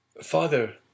Father